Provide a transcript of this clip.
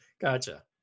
gotcha